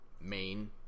main